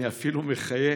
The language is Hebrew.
אני אפילו מחייך.